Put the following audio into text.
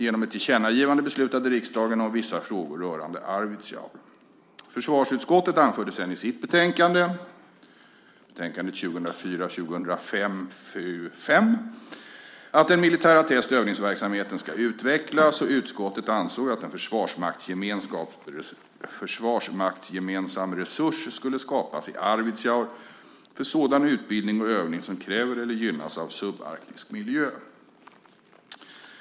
Genom ett tillkännagivande beslutade riksdagen om vissa frågor rörande Arvidsjaur. Försvarsutskottet anförde sedan i sitt betänkande att den militära test och övningsverksamheten ska utvecklas, och utskottet ansåg att en försvarsmaktsgemensam resurs skulle skapas i Arvidsjaur för sådan utbildning och övning som kräver eller gynnas av subarktisk miljö.